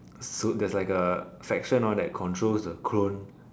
there's like a section hor that controls the clone